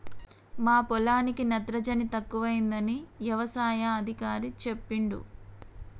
మా పొలానికి నత్రజని తక్కువైందని యవసాయ అధికారి చెప్పిండు